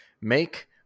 make